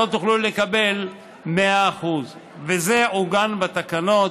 לא תוכלו לקבל 100%. וזה עוגן בתקנות